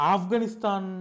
Afghanistan